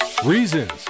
Reasons